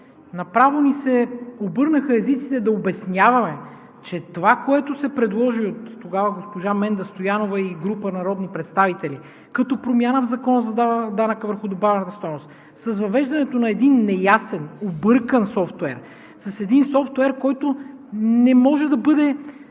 направо ни се обърнаха езиците да обясняваме, че това, което се предложи тогава от госпожа Менда Стоянова и група народни представители като промяна в Закона за данъка върху добавената стойност, с въвеждането на един неясен, объркан софтуер, с един софтуер, който искаше да сложи